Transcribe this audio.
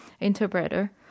interpreter